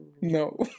No